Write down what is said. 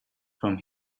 from